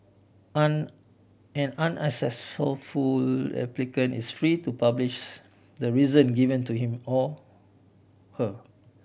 an an unsuccessful applicant is free to publishes the reason given to him or her